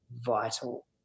vital